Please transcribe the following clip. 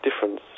Difference